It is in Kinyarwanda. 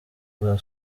ubwa